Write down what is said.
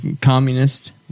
communist